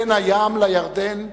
בין הים לירדן,